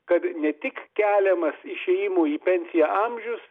kad ne tik keliamas išėjimo į pensiją amžius